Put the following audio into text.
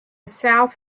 south